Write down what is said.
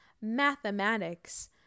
mathematics